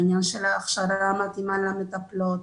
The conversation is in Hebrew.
העניין ההכשרה המתאימה למטפלות,